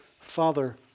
Father